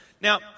Now